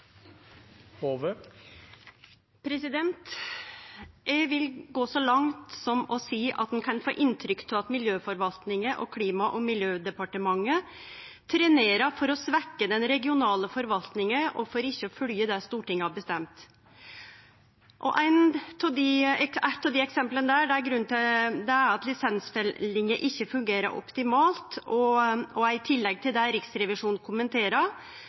Eg vil gå så langt som til å seie at ein kan få inntrykk av at miljøforvaltninga og Klima- og miljødepartementet trenerer for å svekkje den regionale forvaltninga og for ikkje å følgje det Stortinget har bestemt. Eit eksempel er at lisensfellinga ikkje fungerer optimalt, og – i tillegg til det Riksrevisjonen kommenterer – er basert på meir eller mindre frivillig arbeid. Dei hjelpemidla som skal til